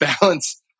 balance